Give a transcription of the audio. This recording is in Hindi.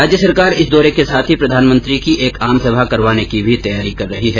राज्य सरकार इस दौरे के साथ प्रधानमंत्री की एक आम सभा करवाने की भी तैयारियां कर रही है